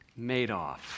Madoff